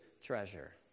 treasure